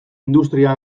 industria